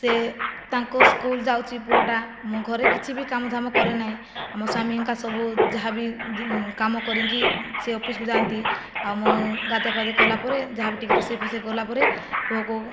ସେ ତାଙ୍କ ସ୍କୁଲ ଯାଉଛି ପୁଅଟା ମୁଁ ଘରେ କିଛି ବି କାମ ଦାମ କରେ ନାହିଁ ଆଉ ମୋ ସ୍ଵାମୀଙ୍କା ସବୁ ଯାହା ବି କାମ କରିକି ସେ ଅଫିସକୁ ଯାଆନ୍ତି ଆଉ ମୁଁ ଗାଧୋଇ ପାଧୋଇ କଲା ପରେ ଯାହା ବି ଟିକେ ରୋଷେଇ ଫୋଷେଇ କଲା ପରେ ପୁଅକୁ